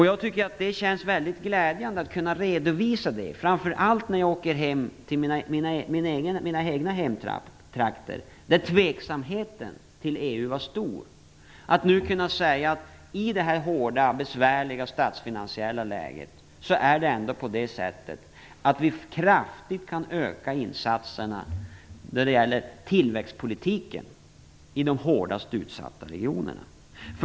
Jag tycker att det känns mycket glädjande att kunna redovisa, framför allt när jag åker hem till mina egna hemtrakter, där tveksamheten till EU var stor, att i det här hårda, besvärliga statsfinansiella läget kan vi ändå kraftigt öka insatserna då det gäller tillväxtpolitiken i de hårdast utsatta regionerna.